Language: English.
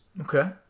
Okay